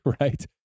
right